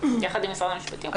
יחד עם משרד המשפטים.